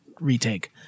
Retake